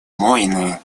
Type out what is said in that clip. войны